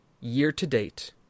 year-to-date